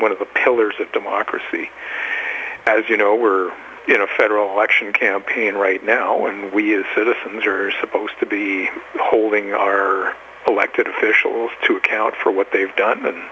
one of the pillars of democracy as you know we're in a federal election campaign right now and we as citizens are supposed to be holding our elected officials to account for what they've done